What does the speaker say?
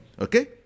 okay